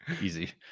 Easy